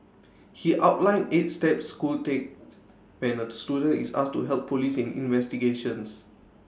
he outlined eight steps schools take when A student is asked to help Police in investigations